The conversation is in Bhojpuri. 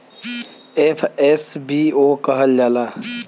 एफ.एस.बी.ओ कहल जाला